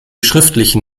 schriftlichen